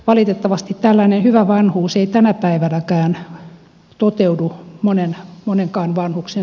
valitettavasti tällainen hyvä vanhuus ei tänä päivänäkään toteudu monenkaan vanhuksen kohdalla